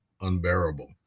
unbearable